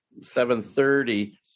7.30